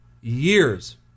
years